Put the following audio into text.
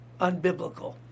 unbiblical